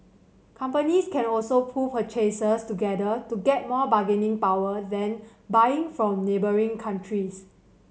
companies can also pool purchases together to get more bargaining power then buying from neighbouring countries